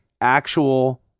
actual